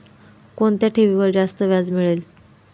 कोणत्या ठेवीवर जास्त व्याज मिळेल?